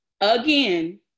again